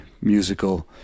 musical